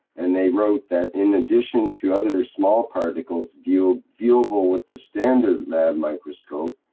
and they wrote that, in addition to other small particles viewable viewable with the standard lab microscope,